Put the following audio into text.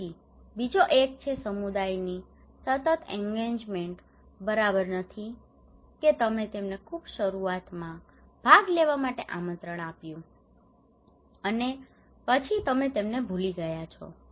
પછી બીજો એક છે કે સમુદાયની સતત એન્ગેજમેન્ટ બરાબર નથી કે તમે તેમને ખૂબ શરૂઆતમાં ભાગ લેવા માટે આમંત્રણ આપ્યું હતું અને પછી તમે તેમને ભૂલી ગયા છો